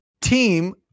team